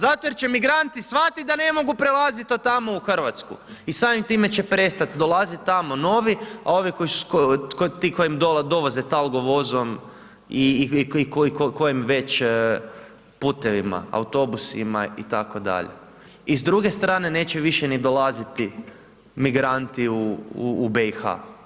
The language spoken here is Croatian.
Zato jer će migranti shvatiti da ne mogu prelaziti od tamo u Hrvatsku i samim time će prestati dolaziti tamo novi, a ovi koji su, ti koji dovoze talgo vozom i kojem već putevima, autobusima itd. i s druge strane neće više ni dolaziti migranti u BIH.